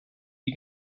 die